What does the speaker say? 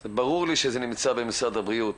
זה ברור לי שזה נמצא על משרד הבריאות,